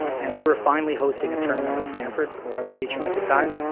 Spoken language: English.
and we were finally hosting a tournament at stamford where i was teaching at the time,